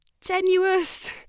tenuous